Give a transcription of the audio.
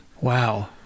Wow